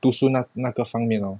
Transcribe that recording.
读书那那个方面:du shu na na ge fangng mian lor